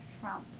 Trump